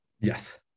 Yes